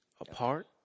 apart